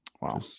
Wow